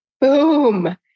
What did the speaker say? Boom